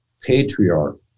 patriarch